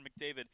McDavid